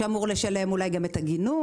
זה אמור לשלם אולי גם את הגינון,